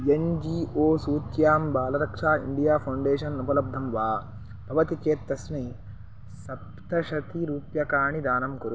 N G O सूच्यां Balraksha India Foundation उपलब्धं वा भवति चेत् तस्मै सप्तशतिरूप्यकाणि दानं कुरु